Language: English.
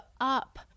up